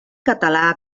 català